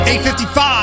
8.55